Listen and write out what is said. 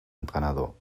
entrenador